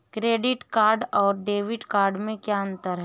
Credit card और debit card में क्या अंतर है?